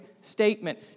statement